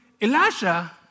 Elijah